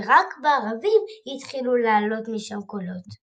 ורק בערבים התחילו לעלות משם קולות.